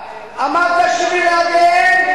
אמרת שבלעדיהם,